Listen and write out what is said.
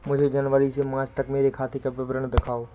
मुझे जनवरी से मार्च तक मेरे खाते का विवरण दिखाओ?